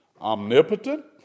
omnipotent